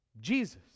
Jesus